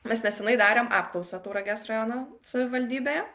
mes nesenai darėm apklausą tauragės rajono savivaldybėje